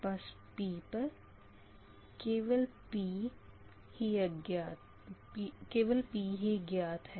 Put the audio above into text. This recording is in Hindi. बस P पर केवल P ही ज्ञात है